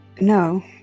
No